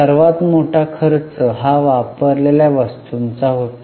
सर्वात मोठा खर्च हा वापरलेल्या वस्तूंचा होता